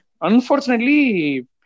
Unfortunately